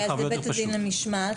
זה הליך הרבה יותר פשוט.